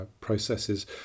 processes